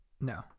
No